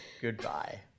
Goodbye